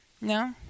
No